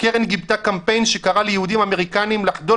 הקרן גיבתה קמפיין שקרא ליהודים אמריקניים לחדול